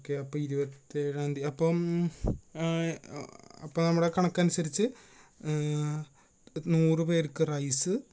okay അപ്പം ഇരുപത്തിയേഴാം തിയതി അപ്പം അപ്പം നമ്മുടെ കണക്കനുസരിച്ച് നൂറുപേർക്ക് റൈസ്